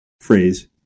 phrase